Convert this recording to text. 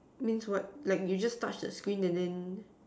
means what like you just touch the screen and then